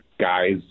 guys